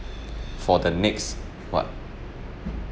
for the next what